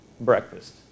Breakfast